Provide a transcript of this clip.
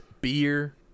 Beer